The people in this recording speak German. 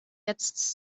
jetzt